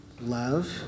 Love